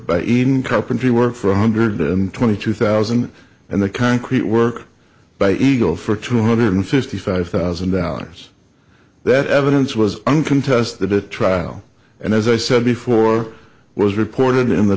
even carpentry work for one hundred twenty two thousand and the concrete work by eagle for two hundred fifty five thousand dollars that evidence was on contest the trial and as i said before was reported in the